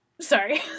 Sorry